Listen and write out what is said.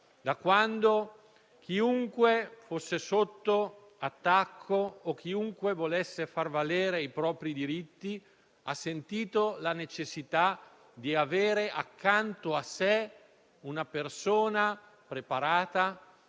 da quando chiunque fosse sotto attacco o chiunque volesse far valere i propri diritti ha sentito la necessità di avere accanto a sé una persona preparata,